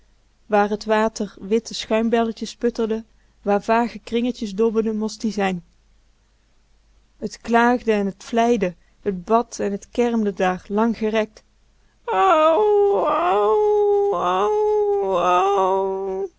waar t water witte schuimbelletjes sputterde waar vage kringetjes dobberden most ie zijn t klaagde en t vleide t bad en t kermde daar langgerekt